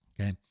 Okay